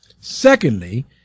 Secondly